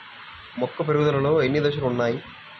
మొక్క పెరుగుదలలో ఎన్ని దశలు వున్నాయి?